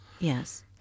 Yes